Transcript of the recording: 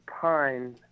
Pine